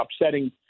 upsetting